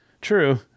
True